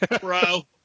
Bro